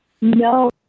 No